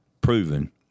proven